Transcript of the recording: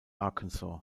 arkansas